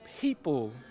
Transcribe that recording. people